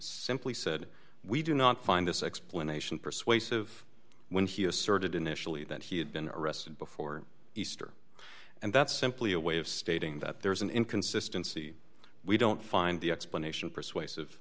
simply said we do not find this explanation persuasive when he asserted initially that he had been arrested before easter and that's simply a way of stating that there is an inconsistency we don't find the explanation persuasive